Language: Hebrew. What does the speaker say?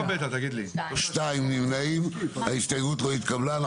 שניים נמנעים, ההסתייגות לא התקבלה.